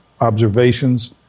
observations